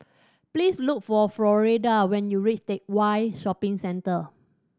please look for Floretta when you reach Teck Whye Shopping Centre